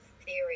theory